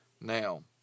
Now